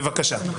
בבקשה.